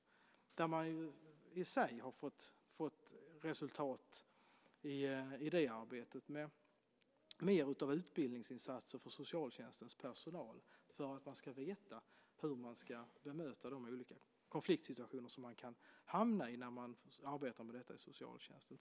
I det arbetet har man har fått som resultat mer av utbildningsinsatser för socialtjänstens personal för att de ska veta hur de ska bemöta de olika konfliktsituationer som de kan hamna i när de arbetar med detta i socialtjänsten.